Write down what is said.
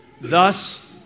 thus